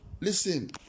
listen